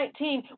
2019